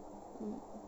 mm